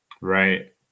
Right